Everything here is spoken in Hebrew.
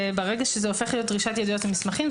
ברגע שזה הופך להיות דרישה לראות את המסמכים,